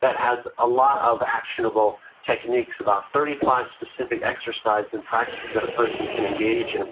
that has a lot of actionable techniques, about thirty five specific exercises and practices that a person can engage and